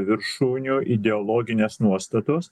viršūnių ideologinės nuostatos